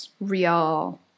real